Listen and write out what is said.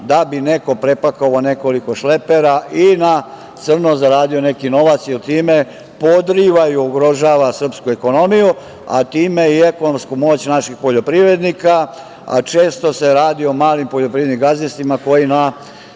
da bi neko prepakovao nekoliko šlepera i na crno zaradio neki novac jer time podriva i ugrožava srpsku ekonomiju, a time i ekonomsku moć naših poljoprivrednika, a često se radi o malim poljoprivrednim gazdinstvima koji na